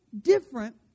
different